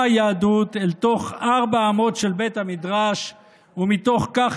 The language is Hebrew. היהדות אל תוך ארבע האמות של בית המדרש ומתוך כך